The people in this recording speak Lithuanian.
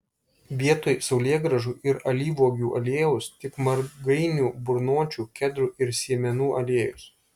vietoj saulėgrąžų ir alyvuogių aliejaus tik margainių burnočių kedrų ir sėmenų aliejus